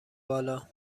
بالا